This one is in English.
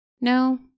No